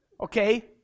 Okay